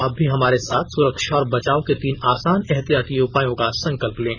आप भी हमारे साथ सुरक्षा और बचाव के तीन आसान एहतियाती उपायों का संकल्प लें